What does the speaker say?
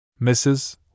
Mrs